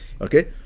okay